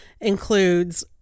includes